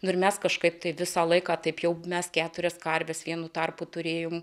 nu ir mes kažkaip tai visą laiką taip jau mes keturias karves vienu tarpu turėjom